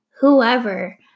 whoever